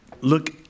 look